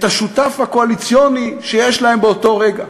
השותף הקואליציוני שיש להם באותו רגע.